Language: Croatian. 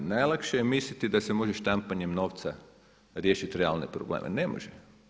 Najlakše je misliti da se može štampanjem novca riješiti realne probleme, ne može.